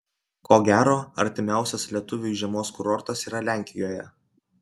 ko gero artimiausias lietuviui žiemos kurortas yra lenkijoje